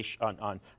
on